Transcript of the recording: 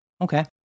Okay